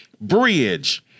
Bridge